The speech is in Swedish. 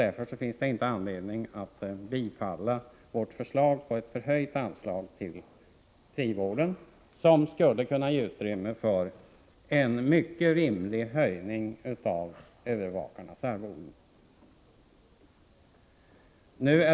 Därför finns det inte anledning att bifalla vårt förslag till höjt anslag till frivården, som skulle kunna ge uirymme för en mycket rimlig höjning av övervakarnas arvoden.